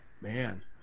Man